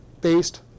based